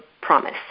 promise